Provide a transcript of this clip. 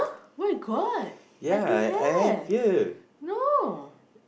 where got I don't have no